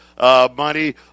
Money